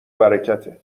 برکته